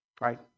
Right